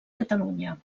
catalunya